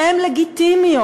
שהוא לגיטימי,